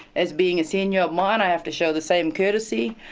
as being a senior of mine, i have to show the same courtesy.